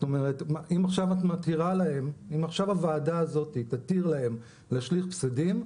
אם עכשיו הוועדה הזאת תתיר להם להשליך פסדים,